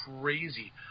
crazy